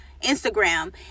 instagram